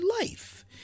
life